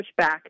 pushback